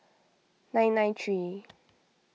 nine nine three